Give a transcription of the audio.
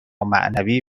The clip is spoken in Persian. معنوی